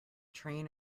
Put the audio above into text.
train